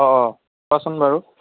অঁ কোৱাচোন বাৰু